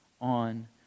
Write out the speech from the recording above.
on